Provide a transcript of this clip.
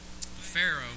Pharaoh